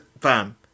bam